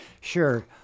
Sure